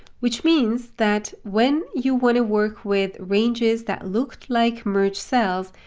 which means that when you want to work with ranges that looked like merge cells,